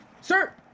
sir